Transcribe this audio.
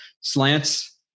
slants